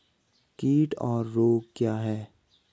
कीट और रोग क्या हैं?